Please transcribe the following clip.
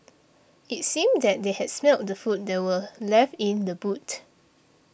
it seemed that they had smelt the food that were left in the boot